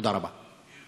תודה רבה.